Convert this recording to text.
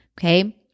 Okay